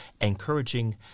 encouraging